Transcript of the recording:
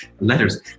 letters